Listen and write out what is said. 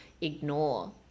ignore